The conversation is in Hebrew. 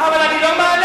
מה אני ארוויח,